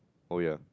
oh ya